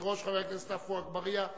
חבר הכנסת עפו אגבאריה,